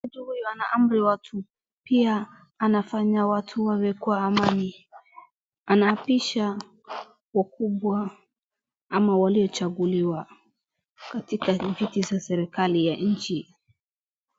Mtu huyu anaamri watu ,pia anafanya watu wawe kwa amani, anaapisha wakubwa ama waliochaguliwa katika viti za serikali ya nchi.